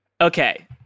Okay